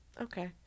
Okay